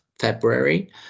February